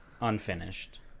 Unfinished